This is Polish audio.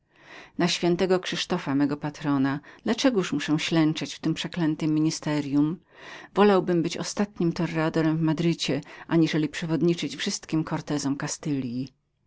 na świętego krzysztofa mego patrona dla czegoż muszę ślęczyć w tem przeklętem biurze ministra wolałbym być ostatnim torreadorem w madrycie aniżeli przewodniczyć wszystkim kortezom kastylji